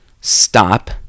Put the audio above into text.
stop